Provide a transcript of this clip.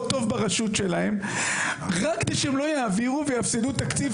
טוב ברשות שלהן רק כדי שהן לא יעבירו ויפסידו תקציב,